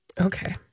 Okay